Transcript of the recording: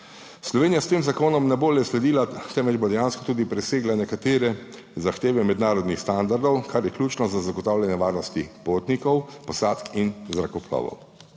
Slovenija s tem zakonom ne bo le sledila, temveč bo dejansko tudi presegla nekatere zahteve mednarodnih standardov, kar je ključno za zagotavljanje varnosti potnikov, posadk in zrakoplovov.